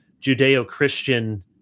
Judeo-Christian